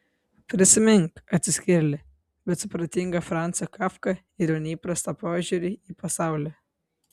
prisimink atsiskyrėlį bet supratingą francą kafką ir jo neįprastą požiūrį į pasaulį